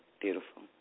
beautiful